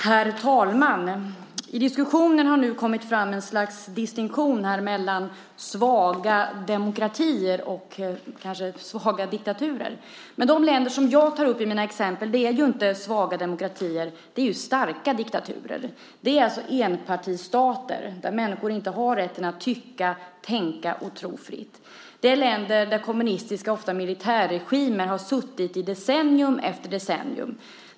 Herr talman! I diskussionen har nu kommit fram ett slags distinktion mellan svaga demokratier och svaga diktaturer. De länder som jag tar upp i mina exempel är inte svaga demokratier utan starka diktaturer. Det är enpartistater där människor inte har rätten att tycka, tänka och tro fritt. Det är länder där kommunistiska regimer och oftast militärregimer har suttit i decennium efter decennium.